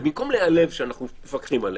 ובמקום להיעלב שאנחנו מפקחים עליהם,